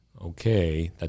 okay